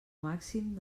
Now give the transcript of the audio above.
màxim